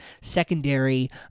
secondary